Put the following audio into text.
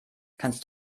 kannst